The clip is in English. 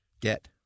get